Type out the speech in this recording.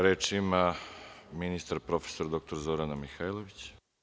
Reč ima ministar prof. dr Zorana Mihajlović.